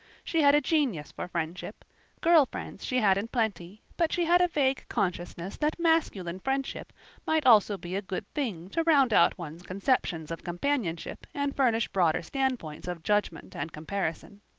she had a genius for friendship girl friends she had in plenty but she had a vague consciousness that masculine friendship might also be a good thing to round out one's conceptions of companionship and furnish broader standpoints of judgment and comparison.